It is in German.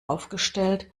aufgestellt